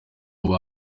abari